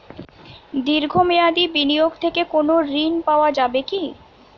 দীর্ঘ মেয়াদি বিনিয়োগ থেকে কোনো ঋন পাওয়া যাবে কী?